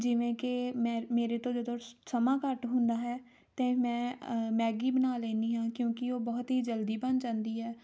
ਜਿਵੇਂ ਕਿ ਮੈਂ ਮੇਰੇ ਤੋਂ ਜਦੋਂ ਸਮਾਂ ਘੱਟ ਹੁੰਦਾ ਹੈ ਤਾਂ ਮੈਂ ਮੈਗੀ ਬਣਾ ਲੈਂਦੀ ਹਾਂ ਕਿਉਂਕਿ ਉਹ ਬਹੁਤ ਹੀ ਜਲਦੀ ਬਣ ਜਾਂਦੀ ਹੈ